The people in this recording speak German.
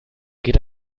geht